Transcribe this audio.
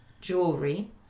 jewelry